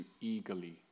eagerly